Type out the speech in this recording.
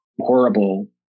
horrible